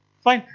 fine,